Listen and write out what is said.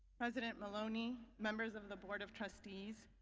president maloney, members of the board of trustees,